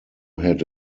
had